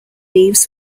leaves